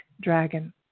Dragon